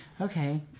Okay